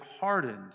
hardened